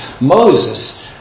Moses